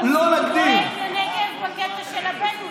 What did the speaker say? הוא דואג לנגב בקטע של הבדואים.